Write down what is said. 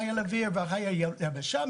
חיל האוויר וחיל היבשה,